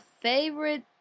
favorite